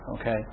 okay